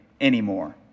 anymore